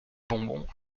bonbons